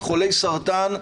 חולי סרטן,